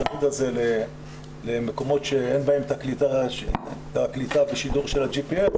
עם הצמיד הזה למקומות שאין בהם את הקליטה והשידור של ה-GPS,